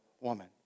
woman